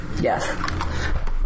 Yes